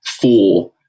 four